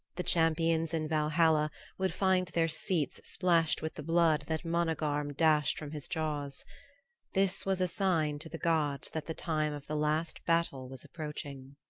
the champions in valhalla would find their seats splashed with the blood that managarm dashed from his jaws this was a sign to the gods that the time of the last battle was approaching.